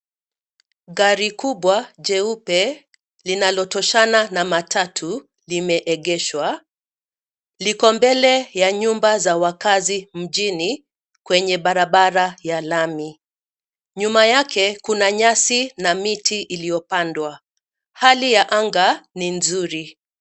Gari kubwa jeupe linalotoshana na matatu limeegeshwa. Liko mbele ya nyumba za wakazi mjini kwenye barabara ya lami. Nyuma yake kuna nyasi na miti iliyopandwa. Hali ya anga ni nzuri.